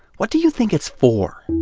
what do you think it's for?